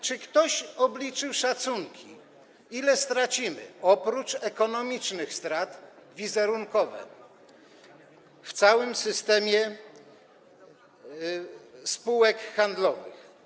Czy ktoś obliczył szacunki, ile stracimy, oprócz ekonomicznych strat, wizerunkowo, w całym systemie spółek handlowych?